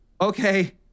Okay